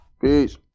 peace